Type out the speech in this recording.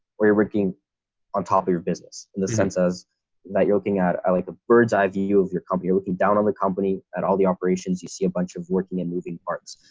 or you're working on top of your business and the senses that you're looking at, like a bird's eye view of your company or looking down on the company at all the operations, you see a bunch of working in moving parts,